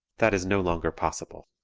that is no longer possible.